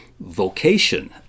vocation